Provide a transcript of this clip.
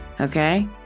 okay